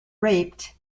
raped